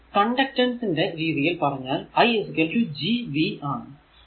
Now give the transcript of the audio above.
ഇനി കണ്ടക്ടൻസ് ന്റെ രീതിയിൽ പറഞ്ഞാൽ i G v ആണ്